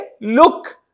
look